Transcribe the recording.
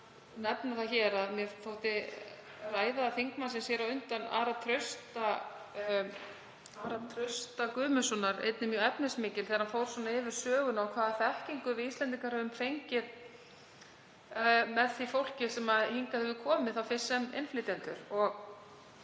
nefna það að mér þótti ræða þingmannsins hér á undan, Ara Trausta Guðmundssonar, einnig mjög efnismikil þegar hann fór yfir söguna og hvaða þekkingu við Íslendingar höfum fengið með því fólki sem hingað hefur komið, fyrst sem innflytjendur.